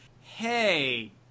Hey